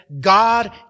God